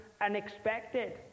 unexpected